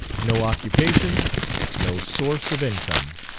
no occupation no source of income.